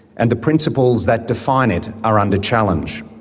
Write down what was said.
and the principles that define it are under challenge.